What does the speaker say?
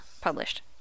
published